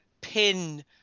pin